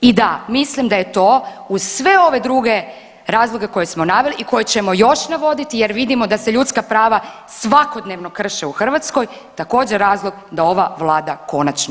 I da, mislim da je to uz sve ove druge razloge koje smo naveli i koje ćemo još navoditi jer vidimo da se ljudska prava svakodnevno krše u Hrvatskoj također razlog da ova vlada konačno ode.